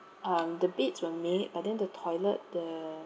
um the beds were made but then the toilet the